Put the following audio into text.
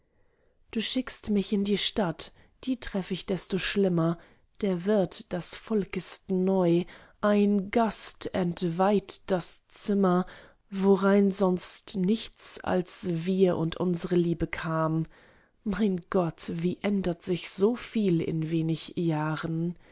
du schickst mich in die stadt die treff ich desto schlimmer der wirt das volk ist neu ein gast entweiht das zimmer worein sonst nichts als wir und unsre liebe kam mein gott wie ändert sich soviel in wenig jahren